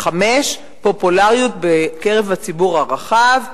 5. פופולריות בקרב הציבור הרחב.